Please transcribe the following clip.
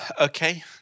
Okay